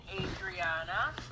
Adriana